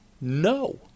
No